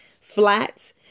flat